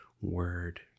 word